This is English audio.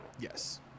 yes